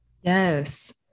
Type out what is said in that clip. yes